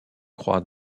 croix